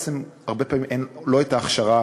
בעצם הרבה פעמים אין לשוטרים את ההכשרה